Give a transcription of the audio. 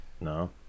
No